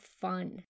fun